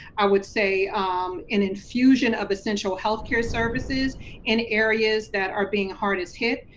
i would say an infusion of essential healthcare services in areas that are being hardest hit,